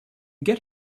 get